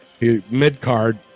mid-card